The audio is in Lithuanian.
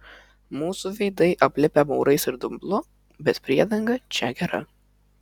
mūsų veidai aplipę maurais ir dumblu bet priedanga čia gera